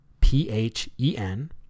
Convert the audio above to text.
P-H-E-N